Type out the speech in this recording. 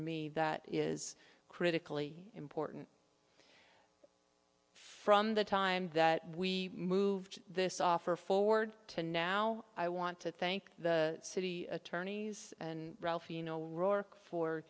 me that is critically important from the time that we moved this offer forward to now i want to thank the city attorneys and ralph you know rourke for